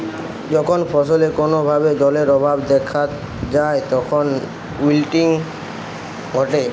যখন ফসলে কোনো ভাবে জলের অভাব দেখাত যায় তখন উইল্টিং ঘটে